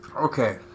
Okay